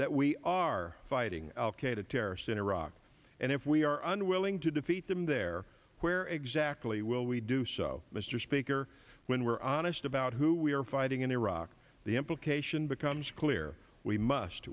that we are fighting al qaeda terrorists in iraq and if we are unwilling to defeat them there where exactly will we do so mr speaker when we're honest about who we are fighting in iraq the implication becomes clear we must